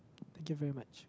thank you very much